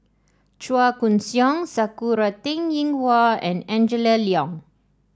Chua Koon Siong Sakura Teng Ying Hua and Angela Liong